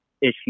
issue